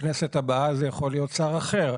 בכנסת הבאה זה יכול להיות שר אחר.